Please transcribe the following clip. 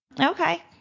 Okay